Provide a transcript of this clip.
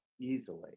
Easily